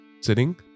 sitting